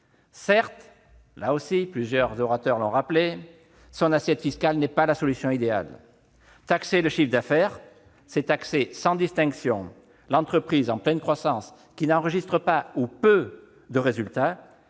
Certes, comme plusieurs orateurs l'ont souligné, l'assiette retenue n'est pas la solution idéale. Taxer le chiffre d'affaires, c'est taxer sans distinction l'entreprise en pleine croissance qui n'enregistre pas ou peu de résultats